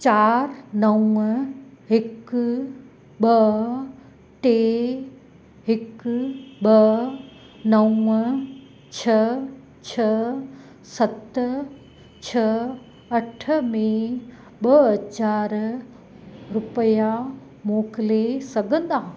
चार नवं हिकु ॿ टे हिकु ॿ नवं छह छ्ह सत छ्ह अठ में ॿ हज़ार रुपया मोकिले सघंदा